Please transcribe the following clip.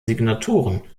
signaturen